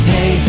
Hey